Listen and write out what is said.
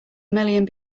million